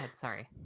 sorry